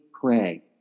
pray